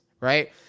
right